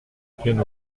tienne